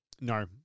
No